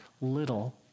little